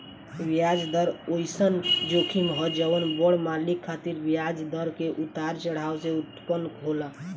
ब्याज दर ओइसन जोखिम ह जवन बड़ मालिक खातिर ब्याज दर के उतार चढ़ाव से उत्पन्न होला